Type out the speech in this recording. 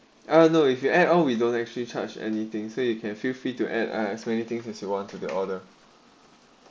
annual ah no if you add on we don't actually change anything so you free to add as anythings as you want to the order